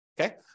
Okay